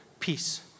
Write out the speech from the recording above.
peace